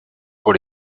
pour